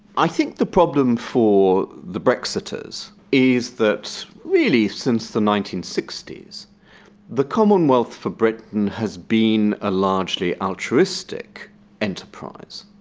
i think the problem for the brexiters is that really since the nineteen sixty s the commonwealth for britain has been a largely altruistic enterprise.